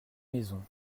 maisons